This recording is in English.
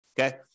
okay